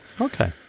Okay